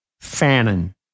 Fannin